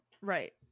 Right